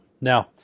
Now